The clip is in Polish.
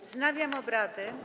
Wznawiam obrady.